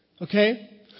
Okay